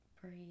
breathe